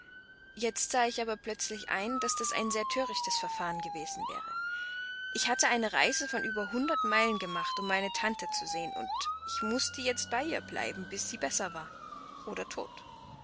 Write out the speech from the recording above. jetzt sah ich aber plötzlich ein daß das ein sehr thörichtes verfahren gewesen wäre ich hatte eine reise von über hundert meilen gemacht um meine tante zu sehen und ich mußte jetzt bei ihr bleiben bis sie besser war oder tot